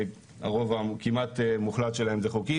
הרוב הכמעט מוחלט שלהם הם חוקיים,